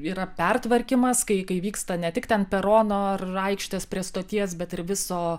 yra pertvarkymas kai kai vyksta ne tik ten perono ar aikštės prie stoties bet ir viso